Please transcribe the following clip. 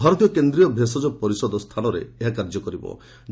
ଭାରତୀୟ କେନ୍ଦ୍ରୀୟ ଭେଷଜ ପରିଦେ ସ୍ଥାନରେ ଏହା କାର୍ଯ୍ୟ କରିବେ